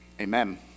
Amen